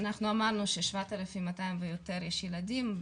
אנחנו אמרנו שמתוך 7200 ויותר יש ילדים,